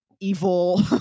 evil